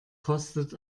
kostet